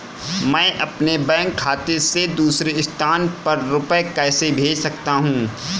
मैं अपने बैंक खाते से दूसरे स्थान पर रुपए कैसे भेज सकता हूँ?